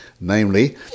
Namely